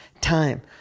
time